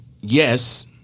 yes